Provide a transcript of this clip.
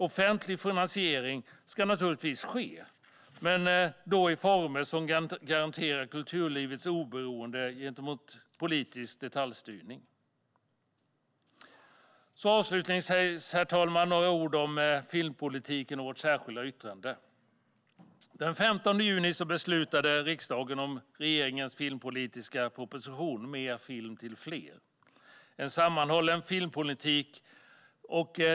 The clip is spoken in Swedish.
Offentlig finansiering ska naturligtvis ske, men då i former som garanterar kulturlivets oberoende gentemot politisk detaljstyrning. Herr talman! Avslutningsvis vill jag säga några ord om filmpolitiken och vårt särskilda yttrande. Den 15 juni beslutade riksdagen om regeringens filmpolitiska proposition Mer film till fler - en sammanhållen filmpolitik .